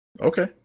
Okay